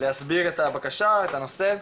להסביר את הבקשה, את הנושא,